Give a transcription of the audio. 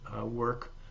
work